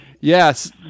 yes